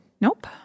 Nope